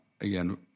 again